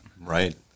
right